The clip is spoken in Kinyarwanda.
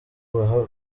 baha